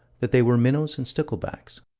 that they were minnows and sticklebacks.